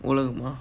உலகமா:ulagamaa